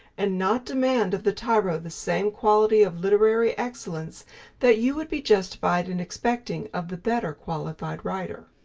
and not demand of the tyro the same quality of literary excellence that you would be justified in expecting of the better qualified writer.